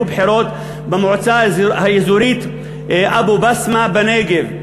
בחירות במועצה האזורית אבו-בסמה בנגב,